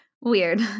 weird